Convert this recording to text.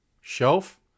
shelf